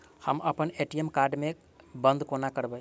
हम अप्पन ATM card केँ बंद कोना करेबै?